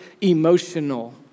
emotional